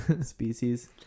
species